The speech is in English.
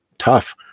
tough